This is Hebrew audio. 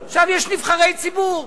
עכשיו, יש נבחרי ציבור,